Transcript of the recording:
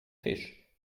fisch